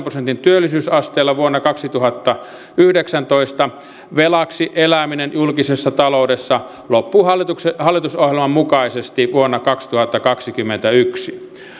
prosentin työllisyysasteella vuonna kaksituhattayhdeksäntoista velaksi eläminen julkisessa taloudessa loppuu hallitusohjelman mukaisesti vuonna kaksituhattakaksikymmentäyksi